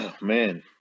Man